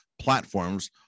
platforms